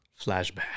Flashback